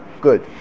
Good